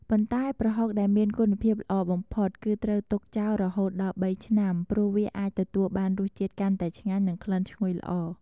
ប៉ុន្តែប្រហុកដែលមានគុណភាពល្អបំផុត គឺត្រូវទុកចោលរហូតដល់ ៣ ឆ្នាំ ព្រោះវាអាចទទួលបានរសជាតិកាន់តែឆ្ងាញ់និងក្លិនឈ្ងុយល្អ។